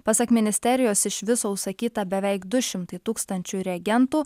pasak ministerijos iš viso užsakyta beveik du šimtai tūkstančių reagentų